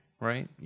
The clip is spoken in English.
Right